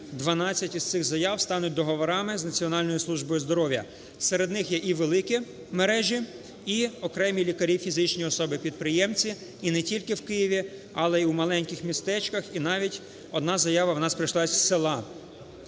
12 із цих заяв стануть договорами з Національною службою здоров'я. Серед них є і великі мережі, і окремі лікарі фізичні особи - підприємці і не тільки в Києві, але й у маленьких містечках і навіть одна заява в нас прийшла з села.